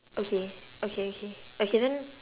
okay okay okay okay then